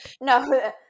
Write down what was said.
no